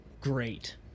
Great